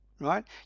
right